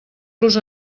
los